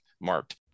marked